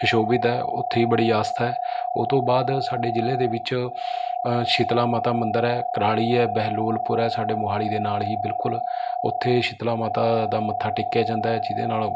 ਸ਼ੁਸ਼ੋਭਿਤ ਹੈ ਉੱਥੇ ਵੀ ਬੜੀ ਆਸਥਾ ਹੈ ਉਹ ਤੋਂ ਬਾਅਦ ਸਾਡੇ ਜ਼ਿਲ੍ਹੇ ਦੇ ਵਿੱਚ ਸ਼ੀਤਲਾ ਮਾਤਾ ਮੰਦਰ ਹੈ ਕੁਰਾਲੀ ਹੈ ਬਹਿਲੋਲਪੁਰ ਹੈ ਸਾਡੇ ਮੋਹਾਲੀ ਦੇ ਨਾਲ ਹੀ ਬਿਲਕੁਲ ਉੱਥੇ ਸ਼ੀਤਲਾ ਮਾਤਾ ਦਾ ਮੱਥਾ ਟੇਕਿਆ ਜਾਂਦਾ ਜਿਹਦੇ ਨਾਲ